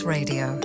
Radio